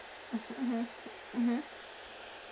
mmhmm